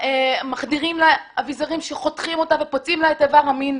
מחדירים לה אביזרים שחותכים אותה ופוצעים לה את איבר המין.